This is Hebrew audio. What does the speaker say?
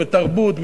בתרבות,